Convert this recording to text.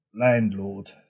landlord